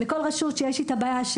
וכל רשות שיש איתה בעיה,